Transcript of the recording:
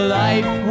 life